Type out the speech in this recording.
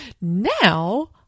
Now